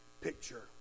picture